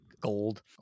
gold